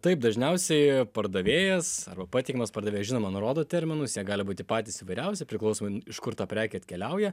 taip dažniausiai pardavėjas arba patikimas pardavė žinoma nurodo terminus jie gali būti patys įvairiausi priklausomai iš kur ta prekė atkeliauja